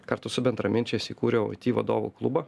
kartu su bendraminčiais įkūriau aiti vadovų klubą